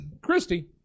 Christy